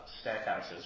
Stackhouse's